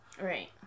Right